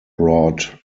brought